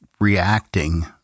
reacting